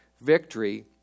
victory